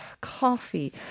coffee